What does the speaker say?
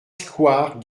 square